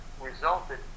resulted